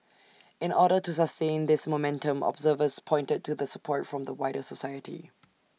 in order to sustain this momentum observers pointed to the support from the wider society